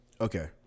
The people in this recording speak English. Okay